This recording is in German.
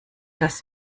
dass